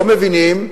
לא מבינים,